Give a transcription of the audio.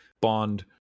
Bond